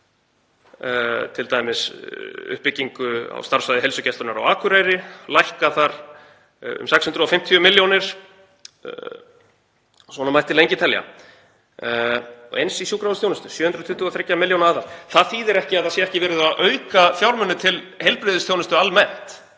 t.d. uppbyggingu á starfssvæði heilsugæslunnar á Akureyri, lækka þar um 650 milljónir. Svona mætti lengi telja. Eins í sjúkrahúsþjónustu, 723 milljóna aðhald. Það þýðir ekki að það sé ekki verið að auka fjármuni til heilbrigðisþjónustu almennt,